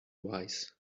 wise